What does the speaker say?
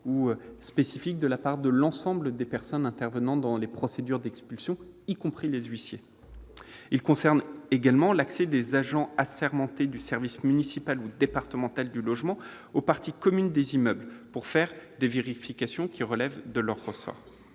ou spécifique de la part de l'ensemble des personnes intervenant dans les procédures en question. Elles concernent également l'accès des agents assermentés du service municipal ou départemental du logement aux parties communes des immeubles, pour faire des vérifications relevant de leur ressort,